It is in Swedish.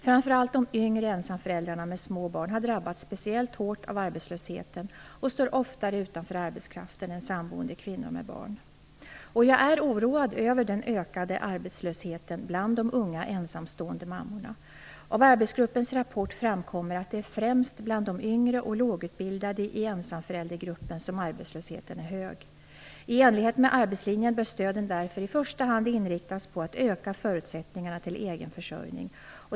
Framför allt de yngre ensamföräldrarna med små barn har drabbats speciellt hårt av arbetslösheten och står oftare utanför arbetskraften än samboende kvinnor med barn. Jag är oroad över den ökade arbetslösheten bland de unga ensamstående mammorna. Av arbetsgruppens rapport framkommer att det är främst bland de yngre och lågutbildade i ensamföräldergruppen som arbetslösheten är hög. I enlighet med arbetslinjen bör stöden därför i första hand inriktas på att öka förutsättningarna till egen försörjning.